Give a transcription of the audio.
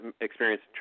experience